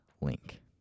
link